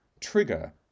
trigger